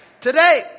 Today